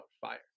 fire